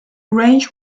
range